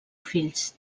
fills